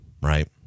right